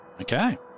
Okay